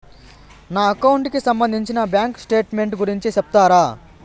నా అకౌంట్ కి సంబంధించి బ్యాంకు స్టేట్మెంట్ గురించి సెప్తారా